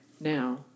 now